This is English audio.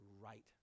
right